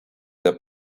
their